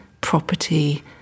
property